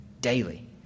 daily